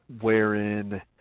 wherein